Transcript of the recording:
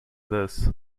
this